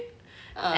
ah